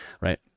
right